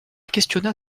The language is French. questionna